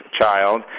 child